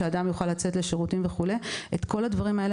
שאדם יוכל לצאת לשירותים וכדומה.